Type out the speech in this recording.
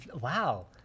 wow